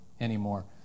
anymore